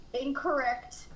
incorrect